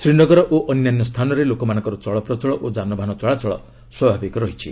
ଶ୍ରୀନଗର ଓ ଅନ୍ୟାନ୍ୟ ସ୍ଥାନରେ ଲୋକମାନଙ୍କର ଚଳପ୍ରଚଳ ଓ ଯାନବାହନ ଚଳାଚଳ ସ୍ୱାଭାବିକ ରହିଛି